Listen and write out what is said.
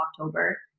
October